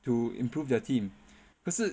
to improve their team 可是